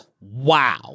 wow